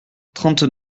trente